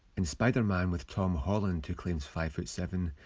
in spider-man with tom holland, who claims five foot seven,